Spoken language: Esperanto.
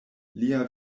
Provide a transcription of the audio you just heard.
lia